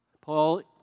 Paul